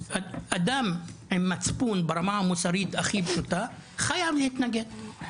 אדם עם מצפון ברמה המוסרית הכי פשוטה חייב להתנגד.